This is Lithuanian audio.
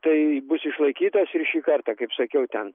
tai bus išlaikytas ir šį kartą kaip sakiau ten